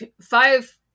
five